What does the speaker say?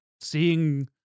seeing